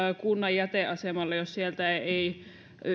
kunnan jäteasemalle jos sieltä ei ei